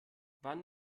wann